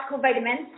vitamins